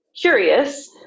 curious